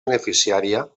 beneficiària